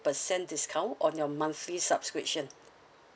percent discount on your monthly subscription